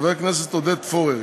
חבר הכנסת עודד פורר,